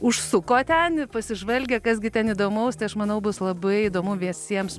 užsuko ten pasižvalgė kas gi ten įdomaus tai aš manau bus labai įdomu viesiems